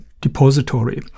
depository